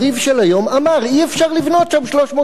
אמר: אי-אפשר לבנות שם 300 יחידות דיור,